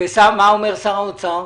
ומה אומר שר האוצר?